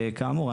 כאמור,